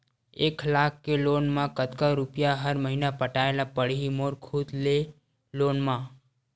एक लाख के लोन मा कतका रुपिया हर महीना पटाय ला पढ़ही मोर खुद ले लोन मा?